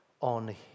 on